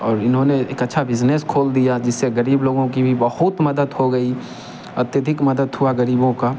और इन्होंने एक अच्छा बिजनेस खोल दिया जिससे गरीब लोगों की भी बहुत मदद हो गई अत्यधिक मदद हुआ गरीबों का